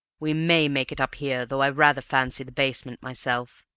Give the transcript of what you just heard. we may make it up here, though i rather fancy the basement myself.